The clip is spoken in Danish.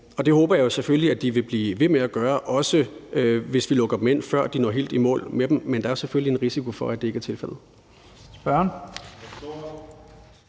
det håber jeg selvfølgelig at de vil blive ved med at gøre, også hvis vi lukker dem ind, før de når helt i mål med dem. Men der er selvfølgelig en risiko for, at det ikke er tilfældet.